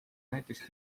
näiteks